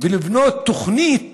ולבנות תוכנית